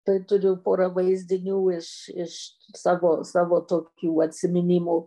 tai turiu porą vaizdinių iš iš savo savo tokių atsiminimų